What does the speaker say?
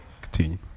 Continue